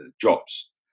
jobs